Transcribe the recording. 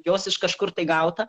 jos iš kažkur tai gauta